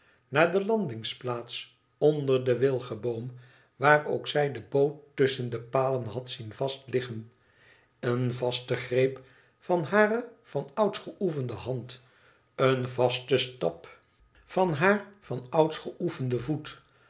naar de landingsplaats onder den wilgeboom waar ook zij de boot tusschen de palen had zien vastliggen een vaste greep van hare vanouds geoefende hand een vaste stap van haar vanouds geoefenden voet